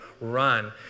run